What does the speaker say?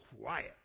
quiet